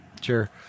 Sure